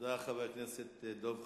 תודה רבה, חבר הכנסת דב חנין.